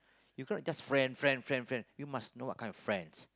you cannot just friend friend friend friend you must know what kind of friends